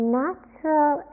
natural